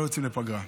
לא יוצאים לפגרה.